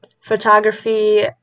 Photography